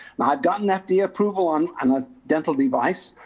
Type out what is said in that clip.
now, i've gotten fda approval on um a dental device,